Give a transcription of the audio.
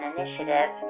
Initiative